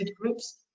groups